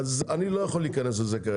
אני לא יכול להיכנס לזה כרגע.